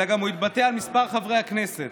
אלא הוא התבטא גם על מספר חברי הכנסת: